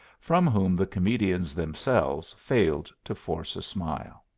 from whom the comedians themselves failed to force a smile.